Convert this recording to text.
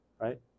right